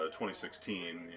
2016